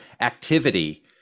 activity